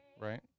Right